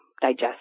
digest